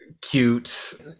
cute